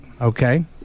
okay